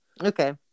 okay